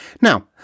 Now